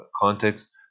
context